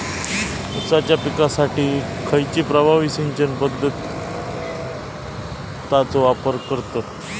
ऊसाच्या पिकासाठी खैयची प्रभावी सिंचन पद्धताचो वापर करतत?